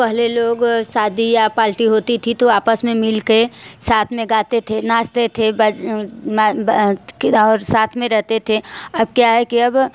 पहले लोग शादी या पाल्टी होती थी तो आपस में मिल कर साथ में गाते थे नाचते थे बज और साथ में रहते थे अब क्या है कि अब